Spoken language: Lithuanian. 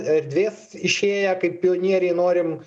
erdvės išėję kaip pionieriai norim